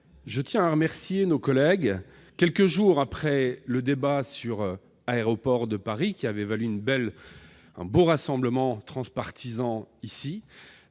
je tiens à remercier nos collègues, quelques jours après le débat sur Aéroports de Paris, qui avait donné lieu ici à un beau rassemblement transpartisan,